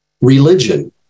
religion